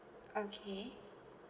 okay